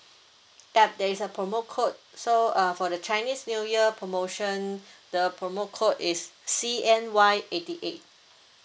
yup there's a promo code so uh for the chinese new year promotion the promo code is C_N_Y eighty eight